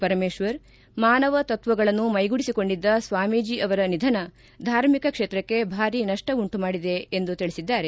ಪರಮೇಶ್ವರ್ ಮಾನವ ತತ್ವಗಳನ್ನು ಮೈಗೂಡಿಸಿಕೊಂಡಿದ್ದ ಸ್ವಾಮೀಜಿ ಅವರ ನಿಧನ ಧಾರ್ಮಿಕ ಕ್ಷೇತ್ರಕ್ಕೆ ಭಾರೀ ನಷ್ಟ ಉಂಟುಮಾಡಿದೆ ಎಂದು ಹೇಳಿದ್ದಾರೆ